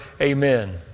Amen